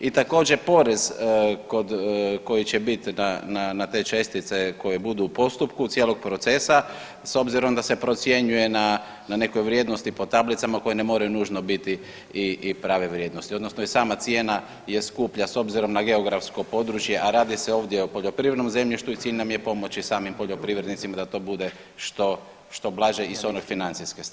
I također porez koji će biti na te čestice koje budu u postupku cijelog procesa s obzirom da se procjenjuje na nekoj vrijednosti po tablicama koje ne moraju nužno biti i prave vrijednosti odnosno i sama cijena je skuplja s obzirom na geografsko područje, a radi se ovdje o poljoprivrednom zemljištu i cilj nam je pomoći samim poljoprivrednicima da to bude što blaže i s one financijske strane.